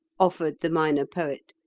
offered the minor poet.